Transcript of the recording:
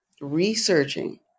researching